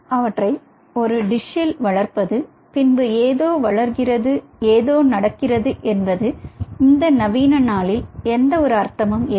அவற்றை ஒரு டிஷில் வளர்ப்பது பின்பு ஏதோ வளர்கிறது ஏதோ நடக்கிறது என்பது இந்த நவீன நாளில் எந்த அர்த்தமும் இல்லை